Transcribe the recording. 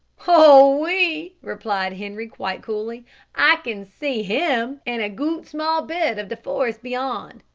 oh! oui, replied henri quite coolly i can see him, an' a goot small bit of de forest beyond.